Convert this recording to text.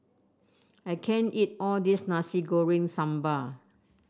I can't eat all this Nasi Goreng Sambal